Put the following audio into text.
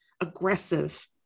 aggressive